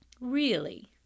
Really